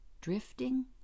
drifting